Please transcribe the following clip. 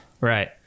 right